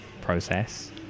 process